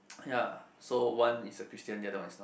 ya so one is a christian the other one is not